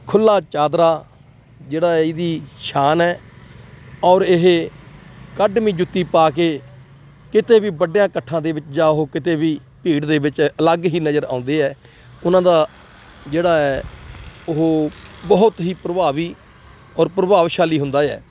ਖੁੱਲ੍ਹਾ ਚਾਦਰਾ ਜਿਹੜਾ ਇਹਦੀ ਸ਼ਾਨ ਹੈ ਔਰ ਇਹ ਕੱਢਵੀਂ ਜੁੱਤੀ ਪਾ ਕੇ ਕਿਤੇ ਵੀ ਵੱਡਿਆਂ ਇਕੱਠਾਂ ਦੇ ਵਿੱਚ ਜਾ ਹੋ ਕਿਤੇ ਵੀ ਭੀੜ ਦੇ ਵਿੱਚ ਅਲੱਗ ਹੀ ਨਜ਼ਰ ਆਉਂਦੇ ਆ ਉਹਨਾਂ ਦਾ ਜਿਹੜਾ ਹੈ ਉਹ ਬਹੁਤ ਹੀ ਪ੍ਰਭਾਵੀ ਔਰ ਪ੍ਰਭਾਵਸ਼ਾਲੀ ਹੁੰਦਾ ਆ